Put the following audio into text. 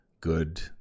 good